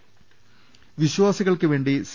അവിശ്വാസികൾക്കു വേണ്ടി സി